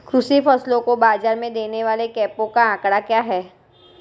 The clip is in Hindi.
कृषि फसलों को बाज़ार में देने वाले कैंपों का आंकड़ा क्या है?